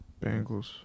Bengals